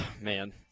Man